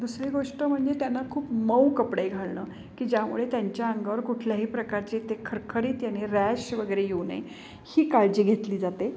दुसरी गोष्ट म्हणजे त्यांना खूप मऊ कपडे घालणं की ज्यामुळे त्यांच्या अंगावर कुठल्याही प्रकारचे ते खरखरीत यांनी रॅश वगैरे येऊ नये ही काळजी घेतली जाते